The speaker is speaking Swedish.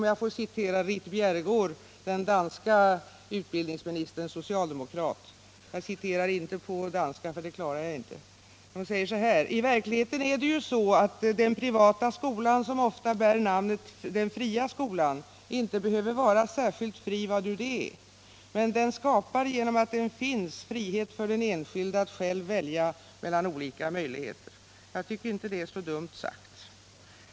Ritt Bjerregaard, socialdemokrat och dansk utbildningsminister, säger att i verkligheten är det så, att den privata skolan, som ofta bär namnet den fria skolan, inte behöver vara särskilt fri, men den skapar genom att den finns frihet för den enskilde att själv välja mellan olika möjligheter. Jag tycker inte det är så dumt sagt.